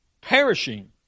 perishing